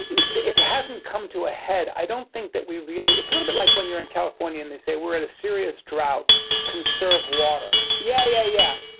it hasn't come to a head. i don't think that we really it's a little bit like when you're in california, and they say we're at a serious drought conserve water. yeah, yeah, yeah,